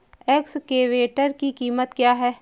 Excavator की कीमत क्या है?